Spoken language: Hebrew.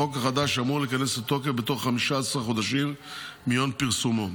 החוק החדש אמור להיכנס לתוקף בתוך 15 חודשים מיום פרסומו,